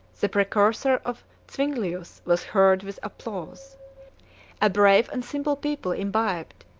the precursor of zuinglius was heard with applause a brave and simple people imbibed,